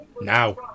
Now